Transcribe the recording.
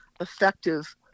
effective